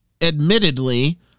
admittedly